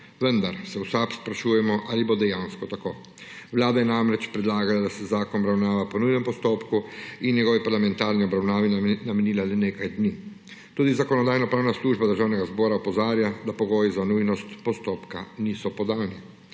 Vendar se v SAB sprašujemo, ali bo dejansko tako. Vlada je namreč predlagala, da se zakon obravnava po nujnem postopku in njegovi parlamentarni obravnavi namenila le nekaj dni. Tudi Zakonodajno-pravna služba Državnega zbora opozarja, da pogoji za nujnost postopka niso podani.